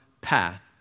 path